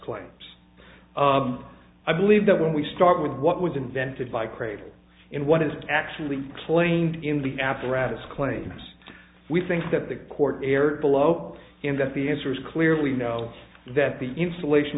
claims i believe that when we start with what was invented by cradle in what is actually claimed in the apparatus claims we think that the court erred below in that the answer is clearly no that the installation